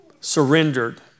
surrendered